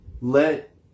Let